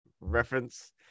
reference